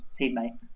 teammate